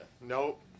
Nope